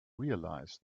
realize